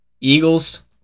Eagles